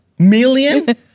Million